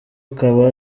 akaba